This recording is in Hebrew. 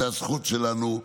זו הזכות שלנו.